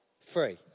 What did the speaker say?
free